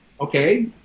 okay